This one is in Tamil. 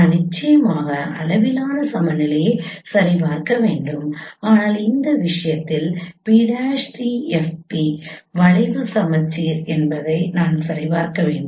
நான் நிச்சயமாக அளவிலான சமநிலையை சரிபார்க்க வேண்டும் ஆனால் இந்த விஷயத்தில் P'TFP வளைவு சமச்சீர் என்பதை நான் சரிபார்க்க வேண்டும்